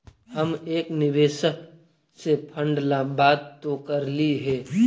हम एक निवेशक से फंड ला बात तो करली हे